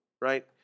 Right